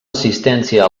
assistència